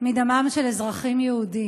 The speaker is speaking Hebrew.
מדמם של אזרחים יהודים.